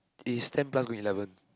eh you standby go eleven